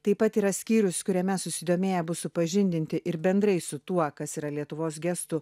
taip pat yra skyrius kuriame susidomėję bus supažindinti ir bendrai su tuo kas yra lietuvos gestų